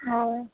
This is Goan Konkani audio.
हय